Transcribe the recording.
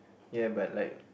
ya but like